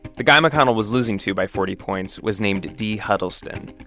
the guy mcconnell was losing to by forty points was named dee huddleston.